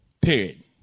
Period